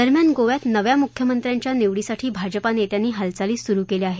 दरम्यान गोव्यात नव्या मुख्यमंत्र्याच्या निवडीसाठी भाजपा नेत्यांनी हालचाली सुरु केल्या आहेत